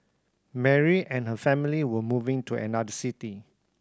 Mary and her family were moving to another city